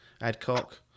Adcock